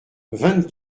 vingt